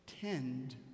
Tend